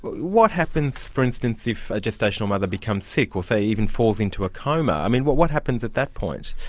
but what happens, for instance, if a gestational mother becomes sick or say, even falls into a coma? i mean, what what happens at that point?